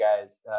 guys